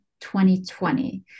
2020